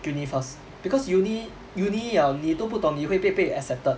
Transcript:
uni first because uni uni liao 你都不懂你会不会被 accepted